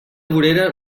vorera